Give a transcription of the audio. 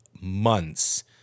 months